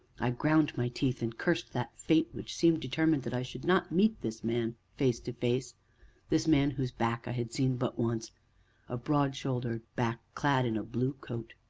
i ground my teeth, and cursed that fate which seemed determined that i should not meet this man face to face this man whose back i had seen but once a broad-shouldered back clad in a blue coat.